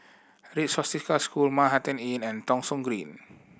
Red Swastika School Manhattan Inn and Thong Soon Green